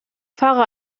fahre